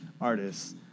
artists